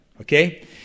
Okay